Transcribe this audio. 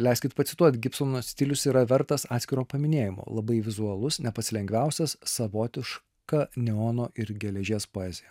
leiskit pacituoti gibsono stilius yra vertas atskiro paminėjimo labai vizualus ne pats lengviausias savotiška neono ir geležies poezija